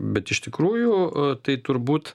bet iš tikrųjų tai turbūt